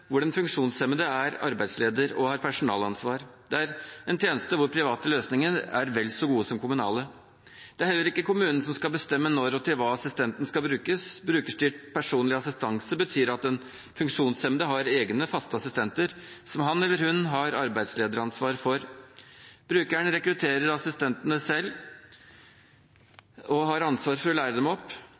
hvor den funksjonshemmede er arbeidsleder og har personalansvar. Det er en tjeneste hvor private løsninger er vel så gode som kommunale. Det er heller ikke kommunen som skal bestemme når og til hva assistenten skal brukes. Brukerstyrt personlig assistanse betyr at den funksjonshemmede har egen fast assistent, som han/hun har arbeidslederansvar for. Brukeren rekrutterer assistenten selv og har ansvar for å lære han eller hun opp.